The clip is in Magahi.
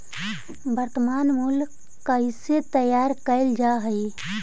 वर्तनमान मूल्य कइसे तैयार कैल जा हइ?